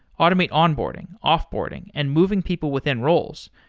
automate onboarding, off-boarding and moving people within roles.